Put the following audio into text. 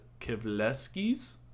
Kivleskis